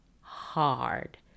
hard